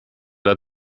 der